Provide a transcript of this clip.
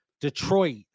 Detroit